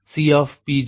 50